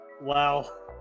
wow